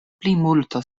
plimulto